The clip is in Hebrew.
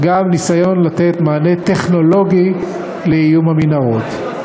גם ניסיון לתת מענה טכנולוגי לאיום המנהרות.